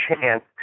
chance